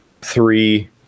three